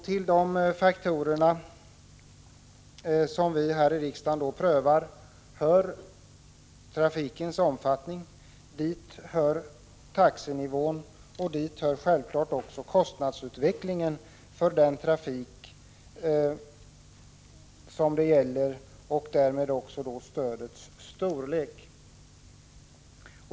Till de faktorerna hör trafikens omfattning, taxenivån och självklart också kostnadsutvecklingen för trafiken och därmed stödets storlek.